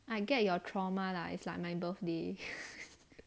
I get your trauma lah it's like my birthday